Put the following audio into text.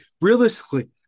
realistically